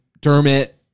Dermot